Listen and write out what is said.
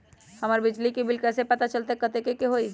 हमर बिजली के बिल कैसे पता चलतै की कतेइक के होई?